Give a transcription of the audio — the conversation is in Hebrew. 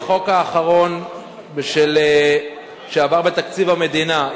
בחוק האחרון שעבר לגבי תקציב המדינה,